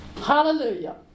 Hallelujah